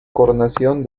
coronación